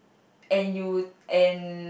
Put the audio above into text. and you and